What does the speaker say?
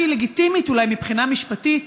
שהיא לגיטימית אולי מבחינה משפטית,